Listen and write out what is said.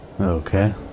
Okay